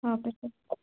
okay sir